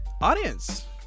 Audience